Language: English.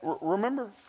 Remember